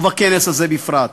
ובכנס הזה בפרט.